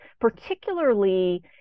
particularly